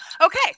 Okay